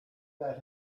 that